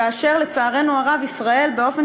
כאשר לצערנו הרב ישראל מפרה באופן